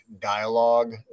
dialogue